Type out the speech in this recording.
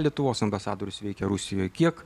lietuvos ambasadorius veikia rusijoje kiek